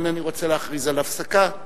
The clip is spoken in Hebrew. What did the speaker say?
אינני רוצה להכריז על הפסקה.